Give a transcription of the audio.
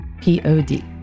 P-O-D